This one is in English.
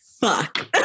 Fuck